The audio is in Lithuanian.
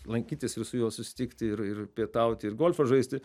lankytis ir su juo susitikti ir ir pietauti ir golfą žaisti